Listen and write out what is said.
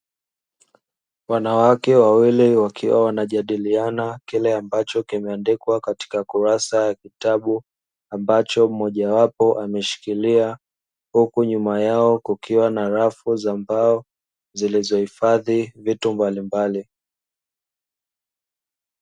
Wanawake wawili wakiwa wanajadiliana kile ambacho kimeandikwa katika kurasa ya kitabu ambacho mojawapo ameshikilia huku nyuma yao kukiwa na rafu za mbao zilizohifadhi vitu mbalimbali.